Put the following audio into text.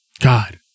God